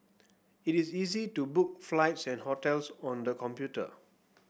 it is easy to book flights and hotels on the computer